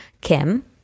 Kim